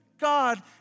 God